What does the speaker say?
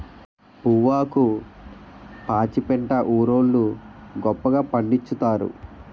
పొవ్వాకు పాచిపెంట ఊరోళ్లు గొప్పగా పండిచ్చుతారు